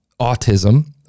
autism